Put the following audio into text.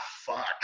fuck